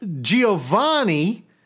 Giovanni